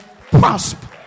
prosper